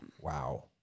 Wow